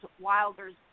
Wilder's